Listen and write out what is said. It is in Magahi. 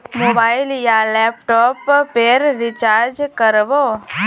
मोबाईल या लैपटॉप पेर रिचार्ज कर बो?